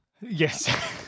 Yes